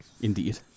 Indeed